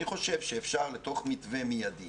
אני חושב שאפשר לתוך מתווה מיידי